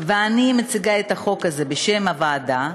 שאני מציגה את החוק הזה בשם הוועדה,